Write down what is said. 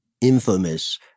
infamous